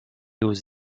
aux